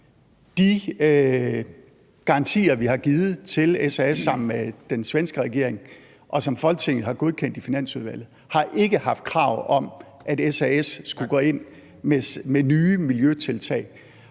De garantier, vi har givet SAS sammen med den svenske regering, og som Folketinget har godkendt i Finansudvalget, har ikke haft krav om, at SAS skulle gå ind med nye miljøtiltag,